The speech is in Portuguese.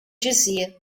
dizia